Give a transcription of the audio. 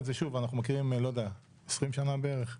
אנחנו מכירים 20 שנה בערך?